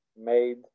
made